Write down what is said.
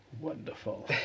Wonderful